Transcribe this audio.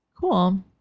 Cool